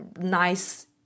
nice